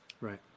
Right